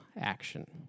action